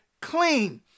clean